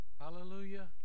Hallelujah